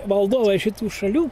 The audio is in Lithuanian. valdovai šitų šalių